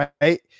right